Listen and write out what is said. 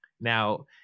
Now